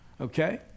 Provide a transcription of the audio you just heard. okay